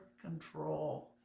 control